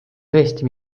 tõesti